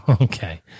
Okay